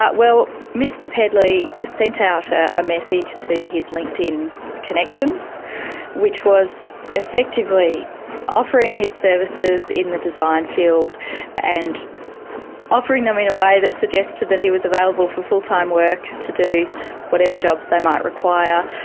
well, mr pedley sent out a message to his linkedin connections which was effectively offering his services in the design field and offering them in a way that suggested that he was available for full-time work to do whatever jobs they might require,